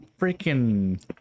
freaking